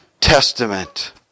Testament